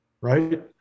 Right